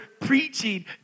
preaching